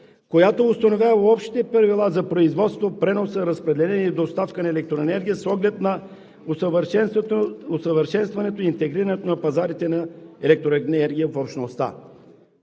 която установява общите правила за производство, преноса, разпределението и доставката на електроенергия с оглед на усъвършенстването и интегрирането на пазарите на електроенергия в Общността.